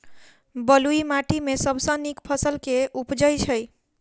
बलुई माटि मे सबसँ नीक फसल केँ उबजई छै?